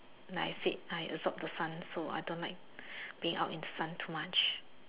like I said I absorb the sun so I don't like being out in sun too much